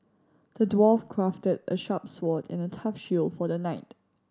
the dwarf crafted a sharp sword and a tough shield for the knight